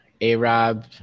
A-Rob